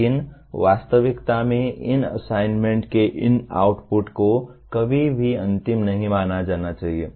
लेकिन वास्तविकता में इन असाइनमेंट के इन आउटपुट को कभी भी अंतिम नहीं माना जाना चाहिए